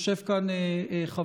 יושב כאן חברך,